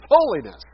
holiness